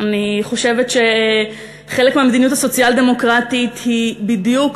אני חושבת שחלק מהמדיניות הסוציאל-דמוקרטית היא בדיוק